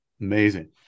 Amazing